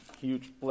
huge